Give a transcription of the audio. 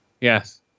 Yes